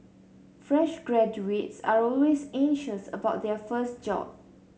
fresh graduates are always anxious about their first job